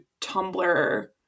tumblr